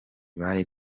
bari